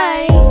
Bye